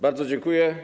Bardzo dziękuję.